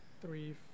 three